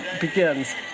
begins